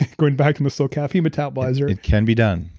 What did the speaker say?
going back to the slow caffeine metabolizer. it can be done.